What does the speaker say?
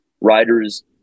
riders